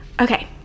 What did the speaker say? okay